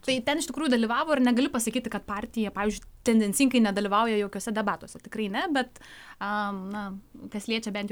tai ten iš tikrųjų dalyvavo ir negaliu pasakyti kad partija pavyzdžiui tendencingai nedalyvauja jaukiuose debatuose tikrai ne bet a na kas liečia bent jau